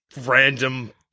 random